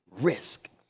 risk